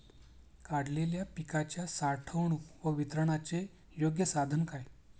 काढलेल्या पिकाच्या साठवणूक व वितरणाचे योग्य साधन काय?